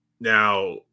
Now